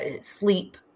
sleep